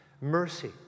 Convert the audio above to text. mercy